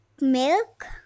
milk